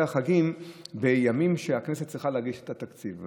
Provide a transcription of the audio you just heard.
החגים בימים שהכנסת צריכה להגיש את התקציב.